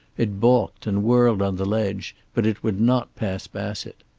it balked and whirled on the ledge, but it would not pass bassett.